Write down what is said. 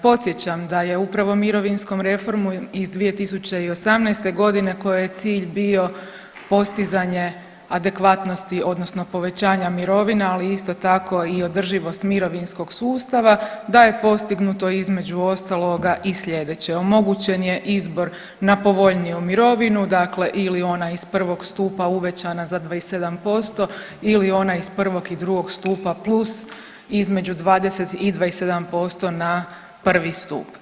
Podsjećam da je upravo mirovinskom reformom iz 2018.g. kojoj je cilj bio postizanje adekvatnosti odnosno povećanja mirovina, ali isto tako i održivost mirovinskog sustava da je postignuto između ostaloga i sljedeće, omogućen je izbor na povoljniju mirovinu dakle ili ona iz 1. stupa uvećana za 27% ili ona iz 1. i 2. stupa plus između 20 i 27% na 1. stup.